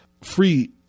free